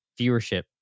viewership